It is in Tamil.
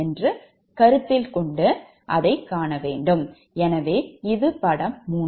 எனவே இது படம் 3